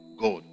God